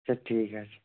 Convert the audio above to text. আচ্ছা ঠিক আছে